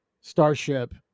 starship